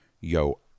yo